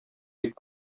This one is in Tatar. бик